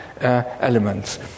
elements